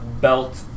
Belt